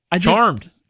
Charmed